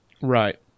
Right